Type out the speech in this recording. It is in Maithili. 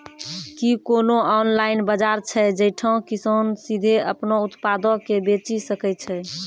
कि कोनो ऑनलाइन बजार छै जैठां किसान सीधे अपनो उत्पादो के बेची सकै छै?